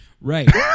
right